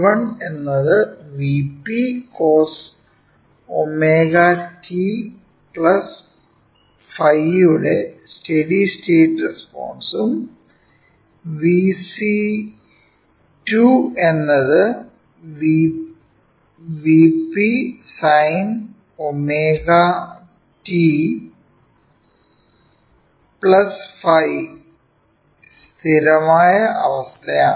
Vc1 എന്നത് V p cos ω t ϕ യുടെ steady state റെസ്പോൺസും Vc2 എന്നത് V p × sin ω t ϕ steady state അവസ്ഥയാണ്